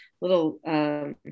little